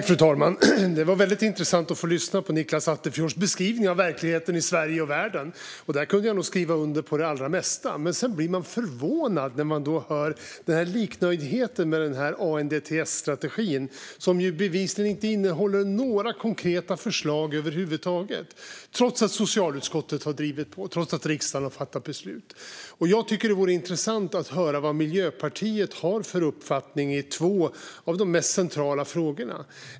Fru talman! Det var väldigt intressant att få lyssna på Nicklas Attefjords beskrivning av verkligheten i Sverige och världen. Där kunde jag nog skriva under på det allra mesta. Men sedan blir man förvånad när man hör liknöjdheten med ANDTS-strategin, som bevisligen inte innehåller några konkreta förslag över huvud taget, trots att socialutskottet har drivit på och riksdagen har fattat beslut. Det vore intressant att höra vad Miljöpartiet har för uppfattning i två av de mest centrala frågorna.